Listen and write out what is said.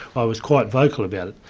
i was quite vocal about it,